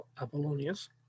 Apollonius